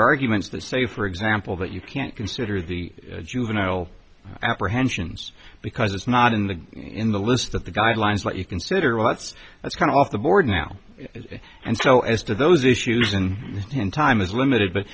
arguments to say for example that you can't consider the juvenile apprehensions because it's not in the in the list that the guidelines that you consider what's that's kind of off the board now is and so as to those issues and in time is limited but